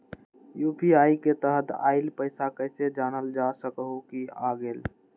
UPI के तहत आइल पैसा कईसे जानल जा सकहु की आ गेल?